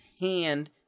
hand